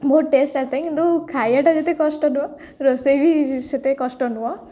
ବହୁତ ଟେଷ୍ଟ ଥାଏ କିନ୍ତୁ ଖାଇବାଟା ଯେତେ କଷ୍ଟ ନୁହେଁ ରୋଷେଇ ବି ସେତେ କଷ୍ଟ ନୁହେଁ